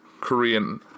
Korean